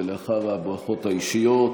לאחר הברכות האישיות,